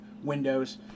windows